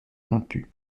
rompues